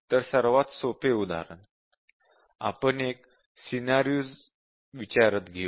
तर सर्वात सोपे उदाहरण आपण एक सिनॅरिओ विचारात घेऊ